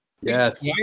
Yes